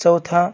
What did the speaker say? चौथा